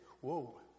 whoa